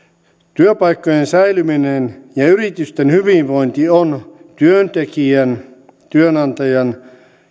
työpaikkojen säilyminen ja yritysten hyvinvointi on työntekijän työnantajan